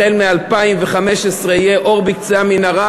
החל מ-2015 יהיה אור בקצה המנהרה,